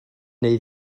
neu